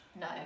No